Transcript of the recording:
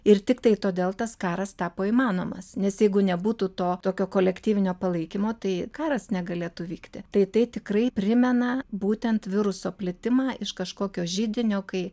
ir tiktai todėl tas karas tapo įmanomas nes jeigu nebūtų to tokio kolektyvinio palaikymo tai karas negalėtų vykti tai tai tikrai primena būtent viruso plitimą iš kažkokio židinio kai